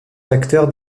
acteurs